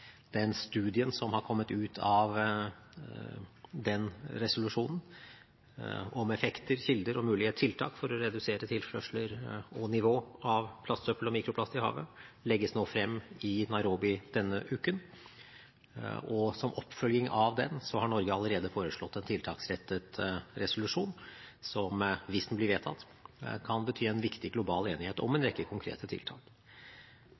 Den studien som har kommet ut av den resolusjonen, om effekter, kilder og mulige tiltak for å redusere tilførsler og nivå av plastsøppel og mikroplast i havet, legges frem i Nairobi denne uken. Som oppfølging av den har Norge allerede foreslått en tiltaksrettet resolusjon som, hvis den blir vedtatt, kan bety en viktig global enighet om en rekke konkrete tiltak.